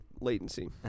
latency